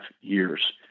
years